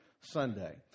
Sunday